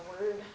Word